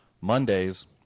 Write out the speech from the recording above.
Mondays